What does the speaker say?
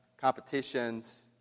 competitions